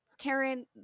Karen